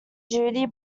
judy